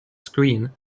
screen